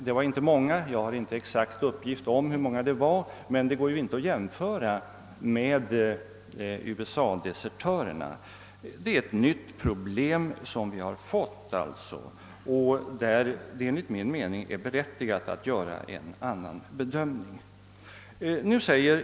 De var inte många — jag har inte exakta uppgifter om hur många de var men, det går i varje händelse inte att jämföra det fallet med USA-desertörerna. Det är ett nytt problem som vi har fått. När det gäller USA-desertörerna är det enligt min mening berättigat att göra en annan bedömning.